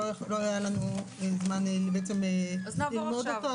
לא היה לנו זמן ללמוד אותו.